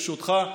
ברשותך,